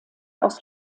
aus